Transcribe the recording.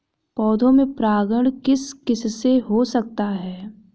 पौधों में परागण किस किससे हो सकता है?